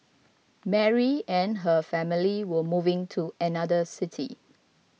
Mary and her family were moving to another city